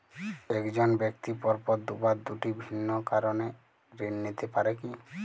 এক জন ব্যক্তি পরপর দুবার দুটি ভিন্ন কারণে ঋণ নিতে পারে কী?